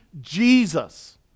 Jesus